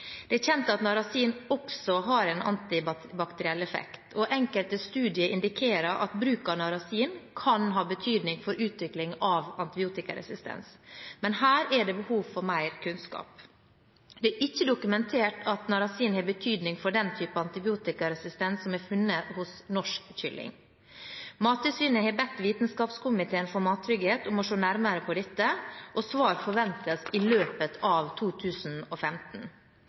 Det er kjent at narasin også har en antibakteriell effekt, og enkelte studier indikerer at bruk av narasin kan ha betydning for utvikling av antibiotikaresistens, men her er det behov for mer kunnskap. Det er ikke dokumentert at narasin har betydning for den type antibiotikaresistens som er funnet hos norsk kylling. Mattilsynet har bedt Vitenskapskomiteen for mattrygghet om å se nærmere på dette, og svar forventes i løpet av 2015.